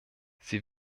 sie